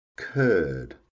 Curd